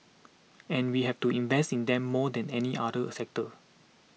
and we have to invest in them more than any other a sector